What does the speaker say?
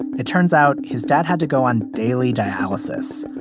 it turns out his dad had to go on daily dialysis.